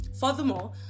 Furthermore